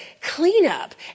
cleanup